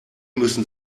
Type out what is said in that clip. müssen